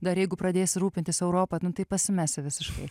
dar jeigu pradėsi rūpintis europa nu tai pasimesi visiškai